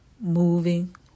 Moving